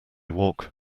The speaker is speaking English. walk